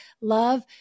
love